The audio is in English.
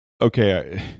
okay